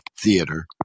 theater